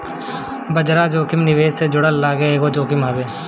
बाजार जोखिम निवेश से जुड़ल एगो जोखिम हवे